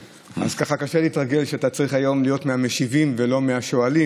קשה להתרגל שאתה צריך להיות היום מהמשיבים ולא מהשואלים.